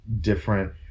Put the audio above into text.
different